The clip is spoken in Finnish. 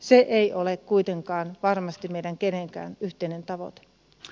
se ei ole kuitenkaan varmasti meidän kenenkään yhteinen tavoite